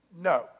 No